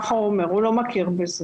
הוא לא מכיר בזה.